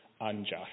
unjust